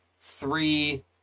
three